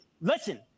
Listen